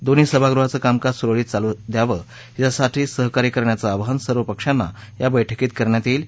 दोन्ही सभागृहाचं कामकाज सुरळीत चालू द्यावं यासाठी सहकार्य करण्याचं आवाहन सर्व पक्षांना या बैठकीत करण्यात येईल